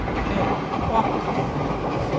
nay, walk with me a while.